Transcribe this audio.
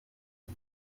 die